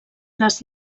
les